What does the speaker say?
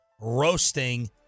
roasting